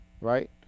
Right